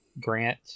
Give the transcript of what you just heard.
grant